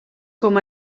com